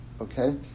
Okay